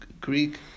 Greek